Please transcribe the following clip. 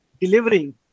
delivering